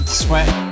sweat